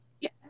yes